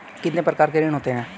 कितने प्रकार के ऋण होते हैं?